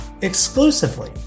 exclusively